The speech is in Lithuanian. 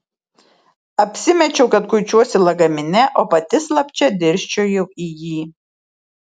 apsimečiau kad kuičiuosi lagamine o pati slapčia dirsčiojau į jį